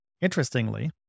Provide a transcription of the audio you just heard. Interestingly